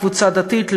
קבוצה דתית,